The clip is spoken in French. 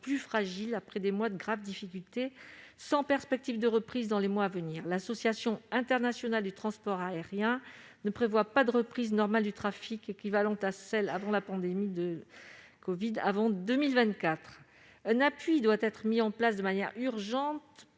plus fragile après une période de graves difficultés, sans perspective de reprise dans les mois à venir. L'Association internationale du transport aérien (IATA) ne prévoit pas de reprise normale du trafic équivalente à celle qui prévalait avant la pandémie de la covid-19 avant 2024. Un appui doit être mis en place de manière urgente